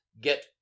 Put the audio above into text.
get